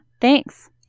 thanks